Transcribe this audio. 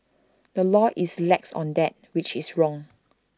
the law is lax on that which is wrong